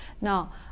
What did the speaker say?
Now